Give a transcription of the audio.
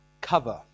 cover